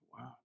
Wow